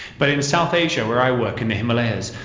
but in south asia where i work in the himalayas,